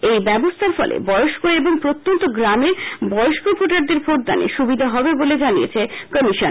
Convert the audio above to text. এই ব্যবস্থার ফলে বয়স্ক এবং প্রত্যন্ত গ্রামের বয়স্ক ভোটারদের ভোটদানে সুবিধা হবে বলে জানিয়েছে কমিশন